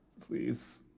Please